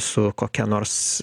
su kokia nors